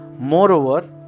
Moreover